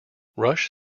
rush